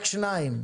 לא, כי זה רק שניים.